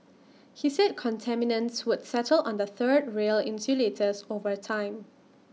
he said contaminants would settle on the third rail insulators over time